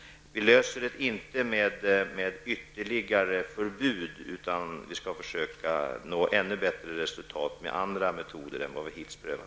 Vi löser inte detta problem med ytterligare förbud, utan vi skall försöka nå ännu bättre resultat med andra metoder än dem som vi hittills har prövat.